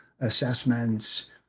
assessments